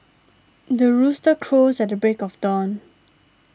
the rooster crows at the break of dawn